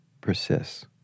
persists